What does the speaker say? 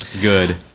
Good